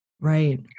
Right